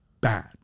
bad